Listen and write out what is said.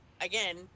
again